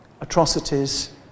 atrocities